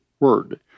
word